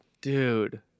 Dude